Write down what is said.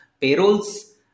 Payrolls